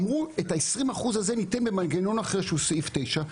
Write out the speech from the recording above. אמרו את ה-20% הזה ניתן במנגנון אחר שהוא סעיף 9,